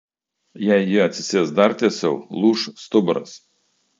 jei ji atsisės dar tiesiau lūš stuburas